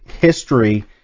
history